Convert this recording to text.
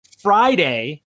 Friday